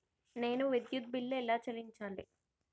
నేను విద్యుత్ బిల్లు ఎలా చెల్లించాలి?